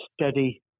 steady